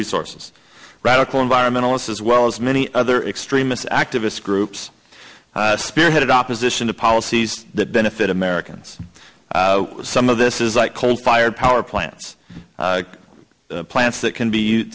resources radical environmentalists as well as many other extremist activist groups spearheaded opposition to policies that benefit americans some of this is like coal fired power plants plants that can be you